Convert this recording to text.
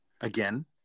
Again